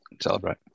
celebrate